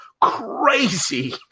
crazy